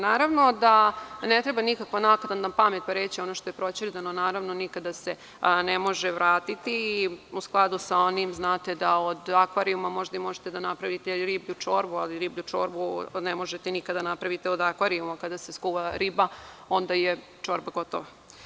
Naravno da ne treba nikakva naknadna pamet, pa reći – ono što je proćerdano nikada se ne može vratiti ili - od akvarijuma možda možete da napravite riblju čorbu, ali od riblje čorbe nikad ne možete da napravite akvarijum, jer kada se skuva riba, onda je čorba gotova.